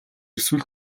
эсвэл